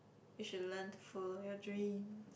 you should learn to follow your dreams